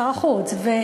שר החוץ שר החוץ.